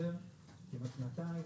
כמעט שנתיים,